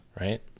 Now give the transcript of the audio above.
right